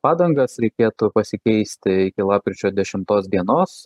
padangas reikėtų pasikeisti iki lapkričio dešimtos dienos